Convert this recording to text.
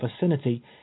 vicinity